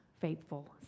faithful